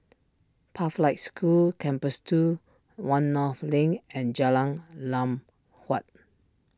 Pathlight School Campus two one North Link and Jalan Lam Huat